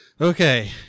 okay